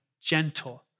gentle